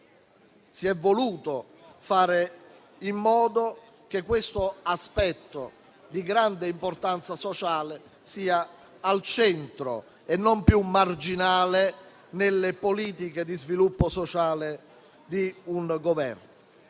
si è voluto fare in modo che questo aspetto di grande importanza sociale fosse al centro e non più marginale nelle politiche di sviluppo sociale di un Governo.